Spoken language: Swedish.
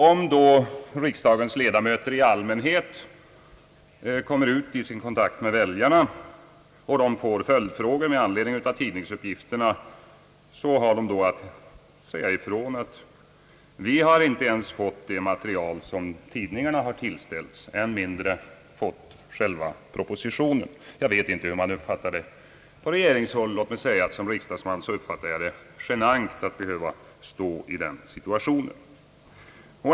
Om riksdagens ledamöter vid kontakt med väljarna får följdfrågor med anledning av tidningsuppgifterna, har de att säga ifrån att de inte ens fått det material som har tillställts tidningarna, än mindre fått själva propositionen. Jag vet inte hur detta uppfattas på regeringshåll. Låt mig säga att som riksdagsman uppfattar jag det som genant att behöva stå i den situationen.